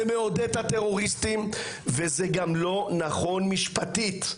זה מעודד את הטרוריסטים וזה גם לא נכון משפטית,